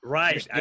right